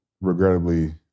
regrettably